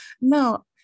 No